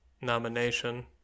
nomination